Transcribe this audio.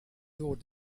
door